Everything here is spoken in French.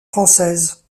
françaises